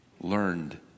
learned